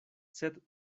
sed